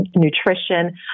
nutrition